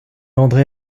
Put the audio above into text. andre